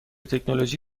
تکنولوژی